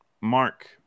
Mark